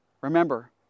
remember